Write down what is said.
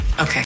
Okay